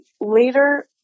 Later